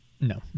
no